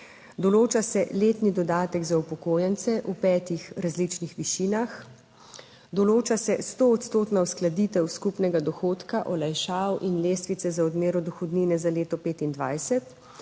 Določa se letni dodatek za upokojence v petih različnih višinah. Določa se stoodstotna uskladitev skupnega dohodka, olajšav in lestvice za odmero dohodnine za leto 2025